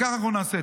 כך אנחנו נעשה.